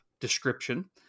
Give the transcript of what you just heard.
description